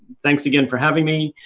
thanks again for having me.